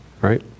right